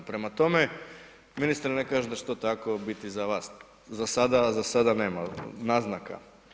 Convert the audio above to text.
Prema tome, ministre ne kažem da će to tako biti za vas za sada, a za sada nema naznaka.